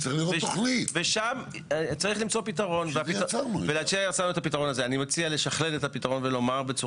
אתה מדבר למעשה, קדם משפט